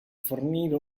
fornire